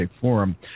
Forum